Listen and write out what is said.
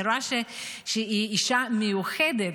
אני רואה שהיא אישה מיוחדת,